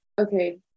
Okay